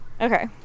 Okay